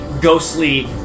ghostly